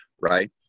right